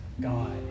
God